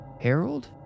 Harold